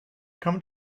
come